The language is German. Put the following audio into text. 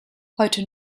heute